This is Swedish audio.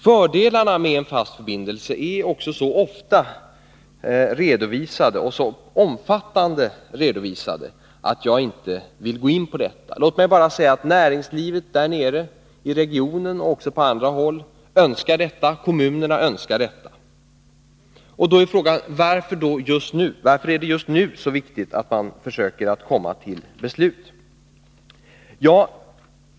Fördelarna med att få en fast förbindelse har också så ofta och så omfattande redovisats att jag inte vill gå in på dem. Låt mig bara säga att näringslivet i regionen — och även på andra håll — önskar detta, och att kommunerna önskar detta. Då är frågan: Varför är det just nu så viktigt att man försöker komma till beslut?